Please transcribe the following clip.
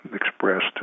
expressed